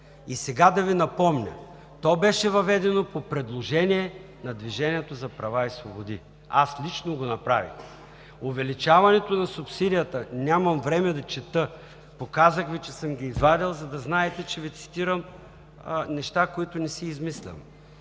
И сега да Ви напомня – то беше въведено по предложение на „Движението за права и свободи“, аз лично го направих. Увеличаването на субсидията – нямам време да чета, показах Ви, че съм ги извадил, за да знаете, че Ви цитирам неща, които не си измислям.